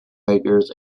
makers